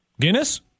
Guinness